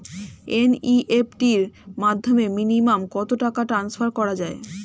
NEFT র মাধ্যমে minimum কত টাকা টান্সফার করা যায়?